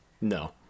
No